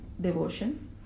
devotion